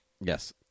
Yes